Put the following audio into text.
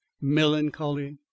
melancholy